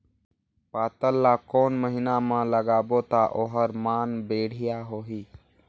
पातल ला कोन महीना मा लगाबो ता ओहार मान बेडिया होही?